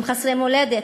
הם חסרי מולדת,